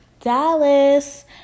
Dallas